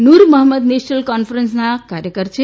નૂર Mohammad national કોન્ફરન્સના કાર્યકર છે